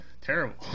terrible